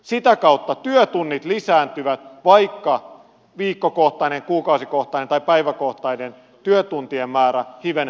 sitä kautta työtunnit lisääntyvät vaikka viikkokohtainen kuukausikohtainen tai päiväkohtainen työtuntien määrä hivenen laskisi